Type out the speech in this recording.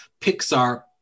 Pixar